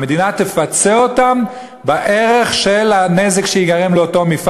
המדינה תפצה אותם בערך של הנזק שייגרם להם,